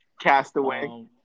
Castaway